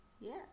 Yes